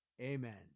Amen